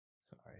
sorry